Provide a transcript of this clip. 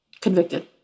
convicted